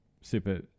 super